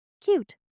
cute